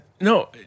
No